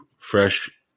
fresh